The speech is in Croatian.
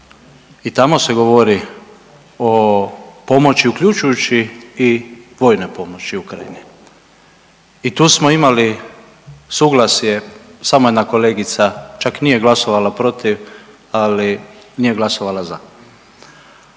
i tamo se govori o pomoći, uključujući i vojne pomoći Ukrajini i tu smo imali suglasje, samo jedna kolegica čak nije glasovala protiv, ali nije glasovala za.